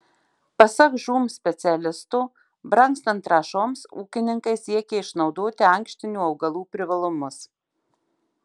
pasak žūm specialisto brangstant trąšoms ūkininkai siekia išnaudoti ankštinių augalų privalumus